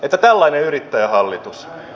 että tällainen yrittäjähallitus